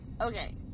Okay